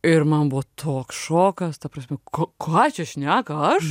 ir man buvo toks šokas ta prasme ką čia šneka aš